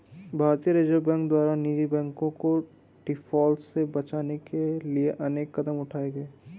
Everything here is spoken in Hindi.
भारतीय रिजर्व बैंक द्वारा निजी बैंकों को डिफॉल्ट से बचाने के लिए अनेक कदम उठाए गए